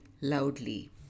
loudly